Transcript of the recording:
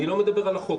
אני לא מדבר על החוק,